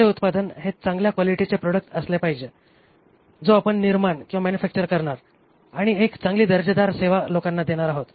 आपले उत्पादन हे चांगल्या क्वालिटीचे प्रॉडक्ट असला पाहिजे जो आपण निर्माण मॅन्युफॅक्चर करणार आणि एक चांगली दर्जेदार सेवा लोकांना देणार आहोत